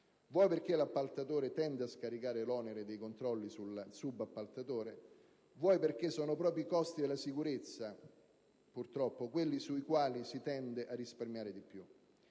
vuoi perché l'appaltante tende a scaricare l'onere dei controlli sul subappaltatore, vuoi perché sono proprio i costi della sicurezza, purtroppo, quelli sui quali si tende a risparmiare di più.